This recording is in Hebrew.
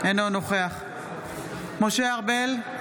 אינו נוכח משה ארבל,